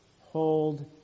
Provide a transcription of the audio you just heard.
hold